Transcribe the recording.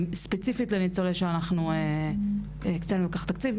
ספציפית לניצולי שואה אנחנו הקצנו לכך תקציב,